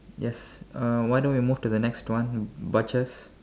yes uh why don't you move to the next one butchers